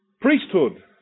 Priesthood